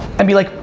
and be like,